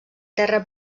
terra